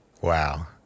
Wow